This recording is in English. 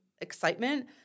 excitement